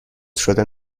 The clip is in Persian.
شدن